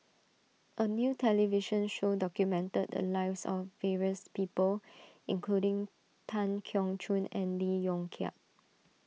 a new television show documented the lives of various people including Tan Keong Choon and Lee Yong Kiat